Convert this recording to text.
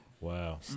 Wow